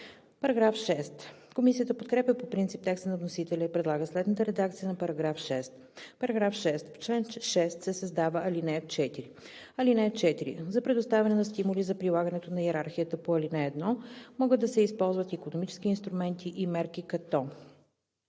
продукти.“ Комисията подкрепя по принцип текста на вносителя и предлага следната редакция на § 6: „§ 6. В чл. 6 се създава ал. 4: „(4) За предоставяне на стимули за прилагането на йерархията по ал. 1 могат да се използват икономически инструменти и мерки, като: